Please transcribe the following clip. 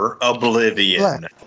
Oblivion